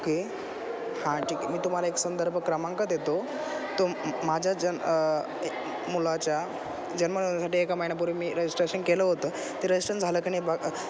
okay हां ठीक आहे मी तुम्हाला एक संदर्भ क्रमांक देतो तो म माझ्या जन मुलाच्या जन्म होण्यासाठी एका महिन्यापूर्वी रजिस्ट्रेशन केलं होतं ते रजिस्टेशन झालं कि नाही